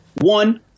One